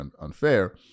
unfair